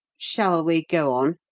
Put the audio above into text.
shall we go on?